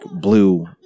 blue